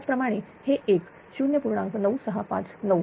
त्याचप्रमाणे हे एक 0